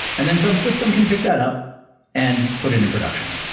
and then some system can pick that up and put it in production,